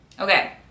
Okay